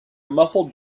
muffled